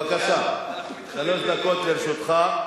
בבקשה, חמש דקות לרשותך.